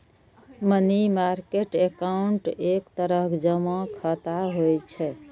money market account एक तरह जमा खाता होइ छै